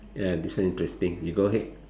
ya ya this one interesting you go ahead